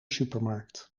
supermarkt